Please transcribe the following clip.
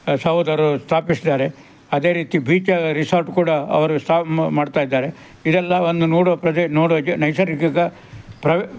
ಸಹೋದರರು ಸ್ಥಾಪಿಸಿದ್ದಾರೆ ಅದೇ ರೀತಿ ಬೀಚ ರಿಸಾರ್ಟ್ ಕೂಡ ಅವರು ಮಾಡ್ತಾ ಇದ್ದಾರೆ ಇದೆಲ್ಲ ಒಂದು ನೋಡುವ ಪ್ರದೇಶ ನೋಡುವಾಗೆ ನೈಸರ್ಗಿಕ ಪ್ರ